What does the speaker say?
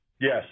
Yes